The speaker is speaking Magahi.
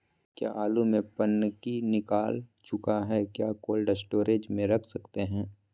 क्या आलु में पनकी निकला चुका हा क्या कोल्ड स्टोरेज में रख सकते हैं?